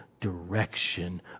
direction